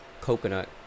coconut